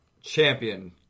champion